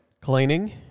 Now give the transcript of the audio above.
cleaning